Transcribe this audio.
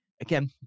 again